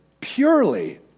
purely